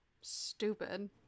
Stupid